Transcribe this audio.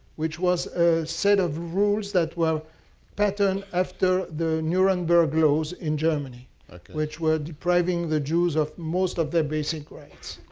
which was a set of rules that were patterned after the nuremberg laws in germany which were depriving jews of most of their basic rights.